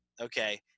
okay